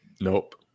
Nope